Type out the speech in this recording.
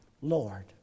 Lord